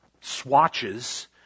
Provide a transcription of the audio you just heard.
swatches